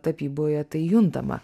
tapyboje tai juntama